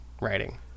writing